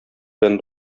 белән